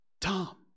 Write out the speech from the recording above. Tom